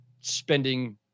spending